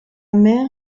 mer